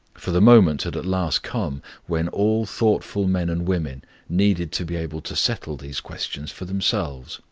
for the moment had at last come when all thoughtful men and women needed to be able to settle these questions for themselves.